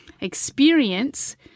experience